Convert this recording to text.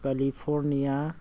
California